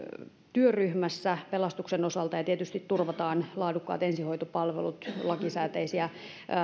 työryhmässä pelastuksen osalta tietysti turvataan laadukkaat ensihoitopalvelut muita lakisääteisiä